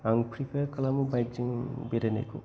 आं प्रिफार खालामो बाइक जों बेरायनायखौ